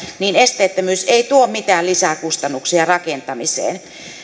niin esteettömyys ei tuo mitään lisäkustannuksia rakentamiseen